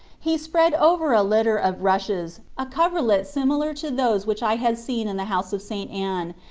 he spread over a litter of rushes a coverlet similar to those which i had seen in the house of st. anne,